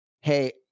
Hey